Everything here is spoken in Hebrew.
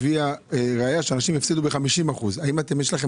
הביאה ראיה שאנשים הפסידו ב-50% האם יש לכם